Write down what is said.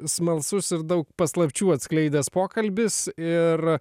smalsus ir daug paslapčių atskleidęs pokalbis ir